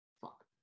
fuck